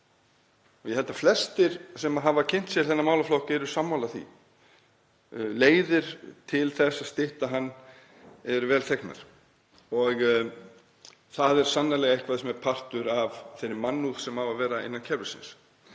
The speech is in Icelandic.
Ég held að flestir sem hafa kynnt sér þennan málaflokk séu sammála því. Leiðir til þess að stytta hann eru vel þegnar og það er sannarlega eitthvað sem er partur af þeirri mannúð sem á að vera innan kerfisins.